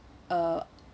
uh